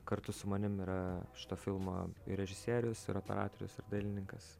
kartu su manim yra šito filmo ir režisierius ir operatorius ir dailininkas